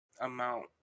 amount